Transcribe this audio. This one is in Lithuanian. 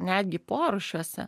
netgi porūšiuose